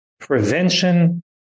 prevention